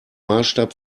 maßstab